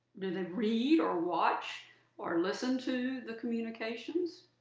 do they read or watch or listen to the communications?